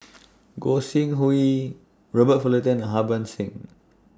Gog Sing Hooi Robert Fullerton and Harbans Singh